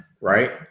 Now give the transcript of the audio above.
right